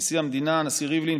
נשיא המדינה ריבלין,